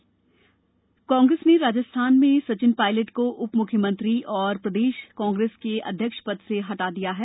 राजस्थान कांग्रेस कांग्रेस ने राजस्थान में सचिन पायलट को उपमुख्यमंत्री और प्रदेश कंग्रेस के अध्यक्ष पद से हटा दिया है